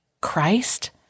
Christ